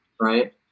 right